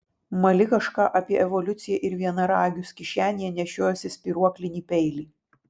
mali kažką apie evoliuciją ir vienaragius kišenėje nešiojiesi spyruoklinį peilį